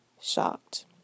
shocked